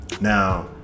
Now